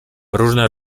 różne